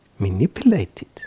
Manipulated